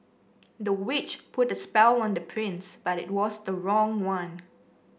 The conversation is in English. the witch put a spell on the prince but it was the wrong one